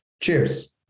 cheers